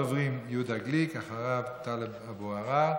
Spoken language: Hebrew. ראשון הדוברים, יהודה גליק, אחריו, טלב אבו עראר,